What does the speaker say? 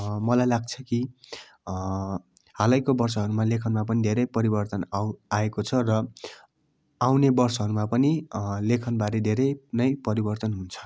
मलाई लाग्छ कि हालैको वर्षहरूमा लेखनमा पनि धेरै परिवर्तन आउ आएको छ र आउने वर्षहरूमा पनि लेखनबारे धेरै नै परिवर्तन हुन्छ